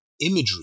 imagery